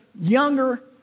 younger